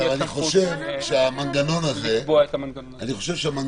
לא היו